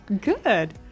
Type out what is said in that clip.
Good